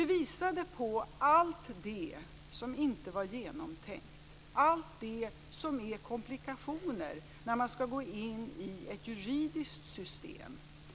Det visade på allt det som inte var genomtänkt, allt det som innebär komplikationer när man skall gå in i ett juridiskt system.